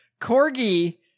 Corgi